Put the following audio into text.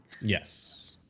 Yes